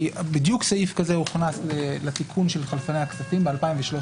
כי בדיוק סעיף כזה הוכנס לתיקון של חלפני הכספים ב-2013.